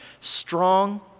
Strong